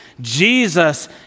Jesus